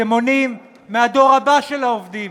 אתם מונעים מהדור הבא של העובדים